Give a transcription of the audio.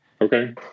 Okay